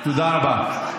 תודה רבה.